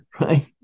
right